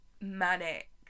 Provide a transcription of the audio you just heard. manic